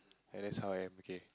ya that's how I am okay